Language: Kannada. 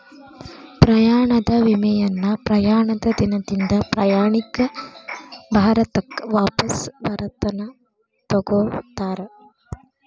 ಪ್ರಯಾಣದ ವಿಮೆಯನ್ನ ಪ್ರಯಾಣದ ದಿನದಿಂದ ಪ್ರಯಾಣಿಕ ಭಾರತಕ್ಕ ವಾಪಸ್ ಬರತನ ತೊಗೋತಾರ